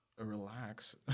Relax